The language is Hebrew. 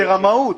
זה רמאות,